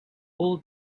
old